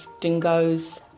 dingoes